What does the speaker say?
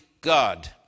God